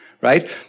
right